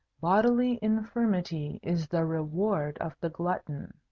bodily infirmity is the reward of the glutton.